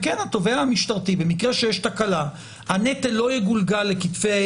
והתובע המשטרתי במקרה שיש תקלה הנטל לא יגולגל לכתפי